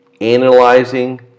analyzing